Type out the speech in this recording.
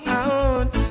out